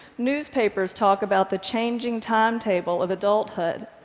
newspapers talk about the changing timetable of adulthood.